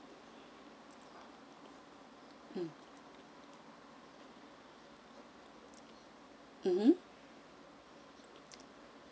mmhmm